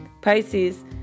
Pisces